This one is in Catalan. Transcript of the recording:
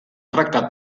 tractar